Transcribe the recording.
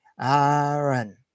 Aaron